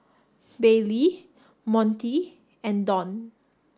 Bailee Montie and Dawn